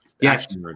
Yes